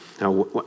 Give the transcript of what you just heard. Now